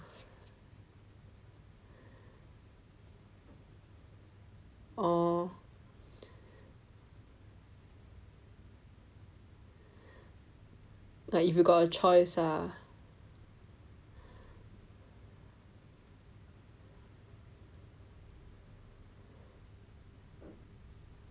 oh if you got a choice ah